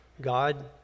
God